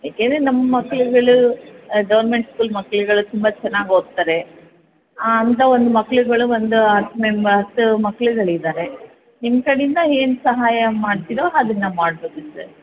ಯಾಕೆಂದರೆ ನಮ್ಮ ಮಕ್ಳುಗಳು ಗೌರ್ಮೆಂಟ್ ಸ್ಕೂಲ್ ಮಕ್ಳ್ಗಳು ತುಂಬ ಚೆನ್ನಾಗಿ ಓದ್ತಾರೆ ಅಂಥ ಒಂದು ಮಕ್ಕಳುಗಳು ಒಂದು ಹತ್ತು ಮೆಂಬ ಹತ್ತು ಮಕ್ಳುಗಳಿದ್ದಾರೆ ನಿಮ್ಮ ಕಡೆಯಿಂದ ಏನು ಸಹಾಯ ಮಾಡ್ತೀರೋ ಅದನ್ನ ಮಾಡ್ಬೌದು ಸರ್